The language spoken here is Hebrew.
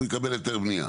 והוא יקבל היתר בנייה.